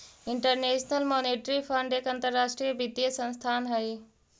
international monetary fund एक अंतरराष्ट्रीय वित्तीय संस्थान हई